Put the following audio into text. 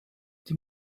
die